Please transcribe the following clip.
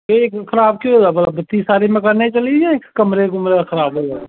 केह् खराब केह् होए दा बत्ती सारे मकानै दी चली जां इक कमरे कमूरे दा खराब ऐ